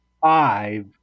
five